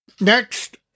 Next